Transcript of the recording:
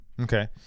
Okay